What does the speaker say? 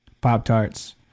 Pop-Tarts